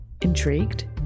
Intrigued